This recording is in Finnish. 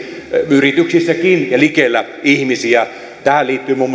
yrityksissäkin ja likellä ihmisiä tähän liittyy muun